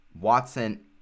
Watson